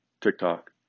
TikTok